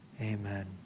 Amen